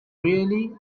really